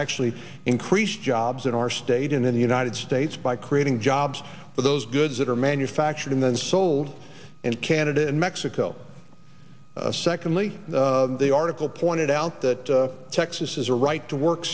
actually increased jobs in our state and in the united states by creating jobs for those goods that are manufactured and then sold in canada and mexico secondly the article pointed out that texas is a right to work